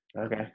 Okay